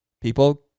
people